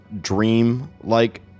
dream-like